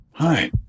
Hi